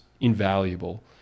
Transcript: invaluable